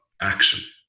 action